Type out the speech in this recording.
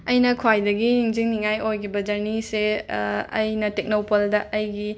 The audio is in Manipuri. ꯑꯩꯅ ꯈ꯭ꯋꯥꯏꯗꯒꯤ ꯅꯤꯡꯁꯤꯡꯅꯤꯡꯉꯥꯏ ꯑꯣꯏꯒꯤꯕ ꯖꯔꯅꯤꯁꯦ ꯑꯩꯅ ꯇꯦꯛꯅꯧꯄꯜꯗ ꯑꯩꯒꯤ